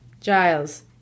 Giles